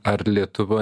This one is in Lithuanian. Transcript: ar lietuva